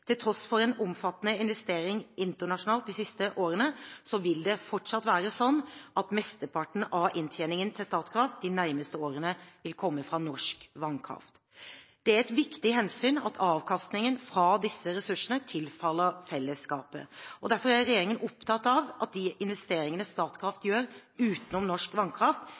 Til tross for omfattende investeringer internasjonalt de siste årene vil det fortsatt være slik at mesteparten av inntjeningen til Statkraft de nærmeste årene vil komme fra norsk vannkraft. Det er et viktig hensyn at avkastningen fra disse ressursene tilfaller fellesskapet, og derfor er regjeringen opptatt av at de investeringene Statkraft gjør utenom norsk vannkraft,